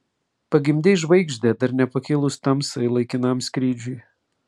pagimdei žvaigždę dar nepakilus tamsai laikinam skrydžiui